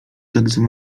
tzw